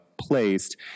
placed